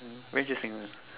why you still single